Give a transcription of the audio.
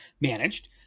managed